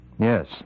Yes